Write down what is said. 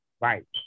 Right